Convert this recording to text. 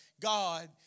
God